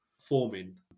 forming